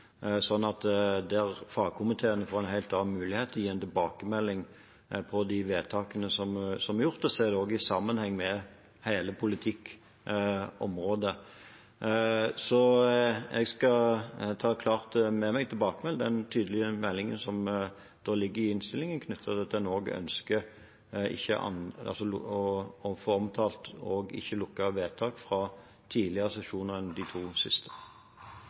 der fagkomiteene får en helt annen mulighet til å gi tilbakemelding på de vedtakene som er gjort. Det ses i sammenheng med hele politikkområdet. Jeg skal ta med meg tilbake den tydelige meldingen som ligger i innstillingen, knyttet til at man ønsker å få omtalt ikke lukkede vedtak også fra tidligere sesjoner enn de to siste.